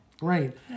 Right